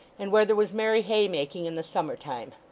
and where there was merry haymaking in the summer time.